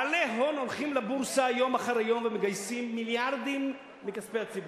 בעלי הון הולכים לבורסה יום אחרי יום ומגייסים מיליארדים מכספי הציבור,